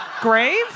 grave